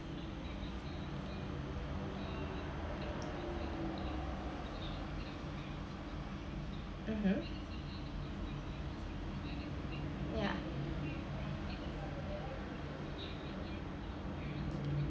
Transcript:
mmhmm yeah